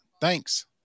Thanks